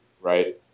Right